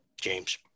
James